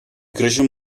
creixen